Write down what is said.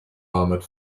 armoured